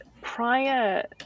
prior